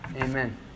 Amen